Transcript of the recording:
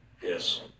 Yes